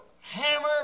hammer